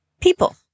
people